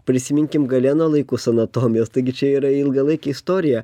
prisiminkim galeno laikus anatomijos taigi čia yra ilgalaikė istorija